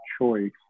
choice